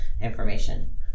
information